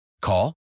Call